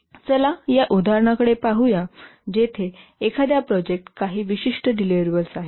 चला या उदाहरणाकडे पाहू या जेथे एखाद्या प्रोजेक्ट काही विशिष्ट डिलिव्हरेबल्स आहे